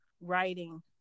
writing